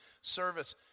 service